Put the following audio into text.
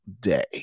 day